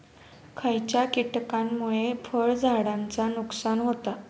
खयच्या किटकांमुळे फळझाडांचा नुकसान होता?